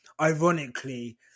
ironically